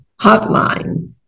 Hotline